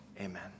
Amen